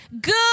good